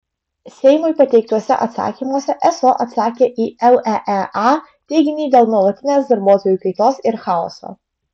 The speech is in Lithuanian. seimui pateiktuose atsakymuose eso atsakė į leea teiginį dėl nuolatinės darbuotojų kaitos ir chaoso